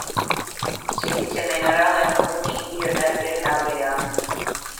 silicio mineralai naudoti indijoje dar prieš daugelį amžių